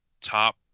top